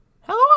Hello